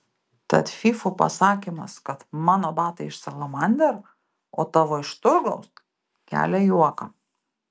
tad fyfų pasakymas kad mano batai iš salamander o tavo iš turgaus kelia juoką